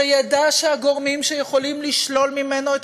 שידע שהגורמים שיכולים לשלול ממנו את